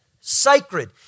sacred